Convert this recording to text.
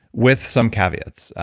with some caveats.